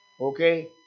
Okay